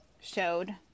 showed